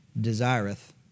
desireth